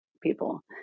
people